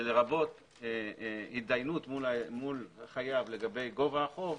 שלרבות הידיינות מול החייב לגבי גובה החוב,